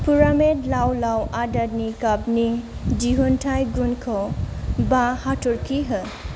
पुरामेट लाव लाव आदारनि गाबनि दिहुनथाइ गुनखौ बा हाथरखि हो